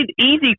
easy